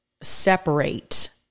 separate